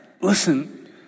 listen